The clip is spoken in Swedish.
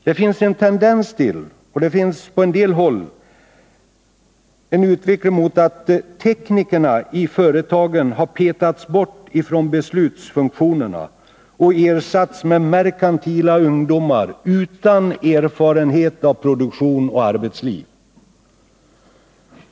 Det finns på vissa håll en tendens till en utveckling där teknikerna i företagen har petats bort från beslutsfunktionerna och ersatts med ungdomar med merkantil bakgrund utan erfarenhet av produktion och arbetsliv.